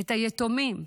את היתומים,